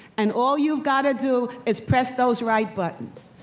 and all you've gotta do is press those right buttons,